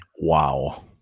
Wow